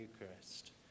Eucharist